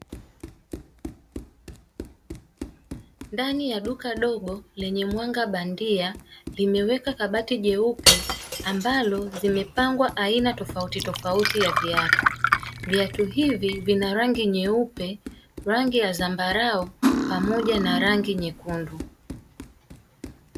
Ndani ya duka dogo lenye mwanga bandia limeweka kabati jeupe, ambalo zimepangwa aina tofauti tofauti ya viatu viatu hivi vina rangi nyeupe rangi ya zambarau pamoja na rangi nyekundu.